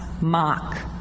mock